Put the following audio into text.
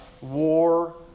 war